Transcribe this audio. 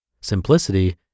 Simplicity